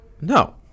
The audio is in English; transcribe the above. No